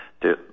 de